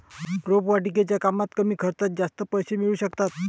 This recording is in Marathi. रोपवाटिकेच्या कामात कमी खर्चात जास्त पैसे मिळू शकतात